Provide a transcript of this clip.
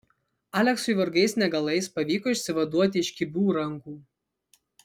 aleksui vargais negalais pavyko išsivaduoti iš kibių rankų